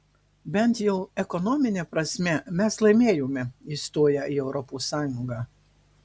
bent jau ekonomine prasme mes laimėjome įstoję į europos sąjungą